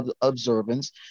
observance